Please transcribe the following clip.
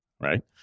right